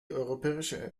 europäische